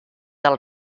del